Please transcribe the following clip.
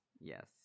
Yes